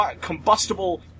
combustible